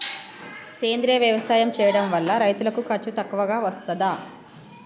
సేంద్రీయ వ్యవసాయం చేయడం వల్ల రైతులకు ఖర్చు తక్కువగా వస్తదా?